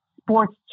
sports